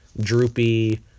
droopy